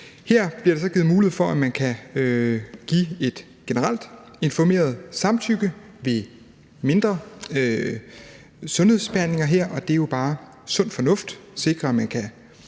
Her bliver der så givet mulighed for, at man kan give et generelt informeret samtykke ved mindre sundhedsbehandlinger, og det er jo bare sund fornuft at sikre, at man kan